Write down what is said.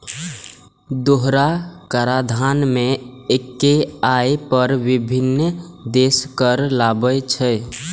दोहरा कराधान मे एक्के आय पर विभिन्न देश कर लगाबै छै